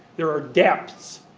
there are depths.